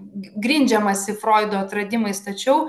grindžiamasi froido atradimais tačiau